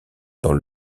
dans